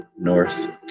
North